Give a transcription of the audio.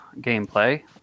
gameplay